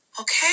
Okay